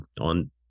on